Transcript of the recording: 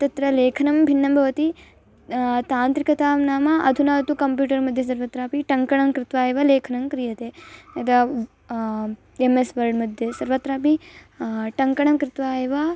तत्र लेखनं भिन्नं भवति तान्त्रिकता नाम अधुना तु कंप्यूटर्मध्ये सर्वत्रापि टङ्कनं कृत्वा एव लेखनं क्रियते यदा एम्मेस् वर्ड्मध्ये सर्वत्रापि टङ्कनं कृत्वा एव